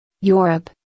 Europe